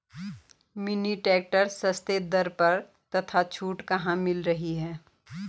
Mini tractor सस्ते दर पर तथा छूट कहाँ मिल रही है?